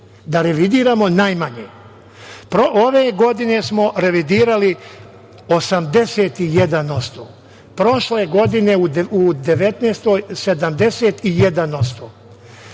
da revidiramo najmanje. Ove godine smo revidirali 81%, prošle godine u 2019.